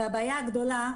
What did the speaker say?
והבעיה הגדולה,